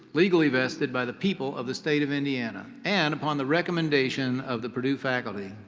legally vested by the people of the state of indiana, and upon the recommendation of the purdue faculty,